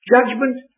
Judgment